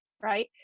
right